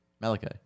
Malachi